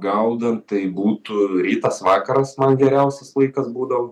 gaudant tai būtų rytas vakaras man geriausias laikas būdavo